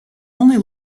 only